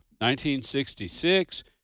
1966